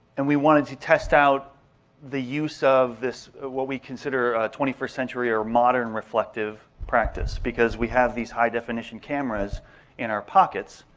and we wanted to test out the use of this what we consider twenty first century or modern reflective practice. because we have these high definition cameras in our pockets,